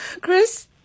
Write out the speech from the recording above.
Chris